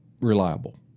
reliable